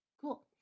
Cool